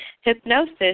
hypnosis